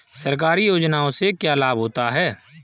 सरकारी योजनाओं से क्या क्या लाभ होता है?